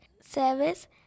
service